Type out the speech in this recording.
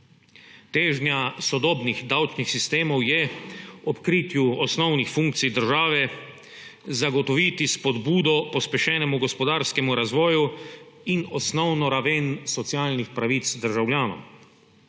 Težnja sodobnih davčnih sistemov je ob kritju osnovnih funkcij države zagotoviti spodbudo pospešenemu gospodarskemu razvoju in osnovno raven socialnih pravic državljanov.